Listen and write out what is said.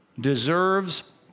deserves